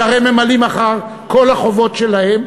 שהרי הם ממלאים אחר כל החובות שלהם,